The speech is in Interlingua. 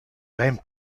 ben